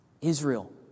Israel